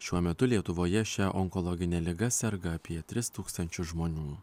šiuo metu lietuvoje šia onkologine liga serga apie tris tūkstančius žmonių